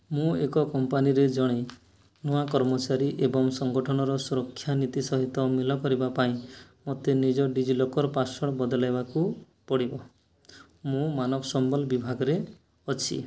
ମୁଁ ଏକ କମ୍ପାନୀରେ ଜଣେ ନୂଆ କର୍ମଚାରୀ ଏବଂ ସଂଗଠନର ସୁରକ୍ଷା ନୀତି ସହିତ ମେଲ କରିବା ପାଇଁ ମୋତେ ନିଜ ଡିଜିଲକର୍ ପାସ୍ୱାର୍ଡ଼୍ ବଦଳାଇବାକୁ ପଡ଼ିବ ମୁଁ ମାନବ ସମ୍ବଳ ବିଭାଗରେ ଅଛି